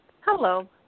hello